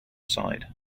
side